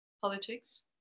politics